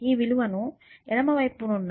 ఈ విలువ ను ఎడమ వైపున ఉన్న p2 కి కేటాయించండి